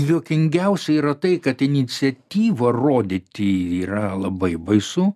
juokingiausia yra tai kad iniciatyvą rodyti yra labai baisu